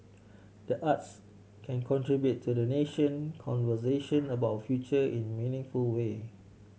the arts can contribute to the national conversation about future in meaningful way